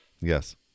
Yes